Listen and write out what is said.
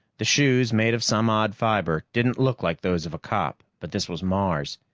the shoes, made of some odd fiber, didn't look like those of a cop, but this was mars.